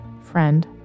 friend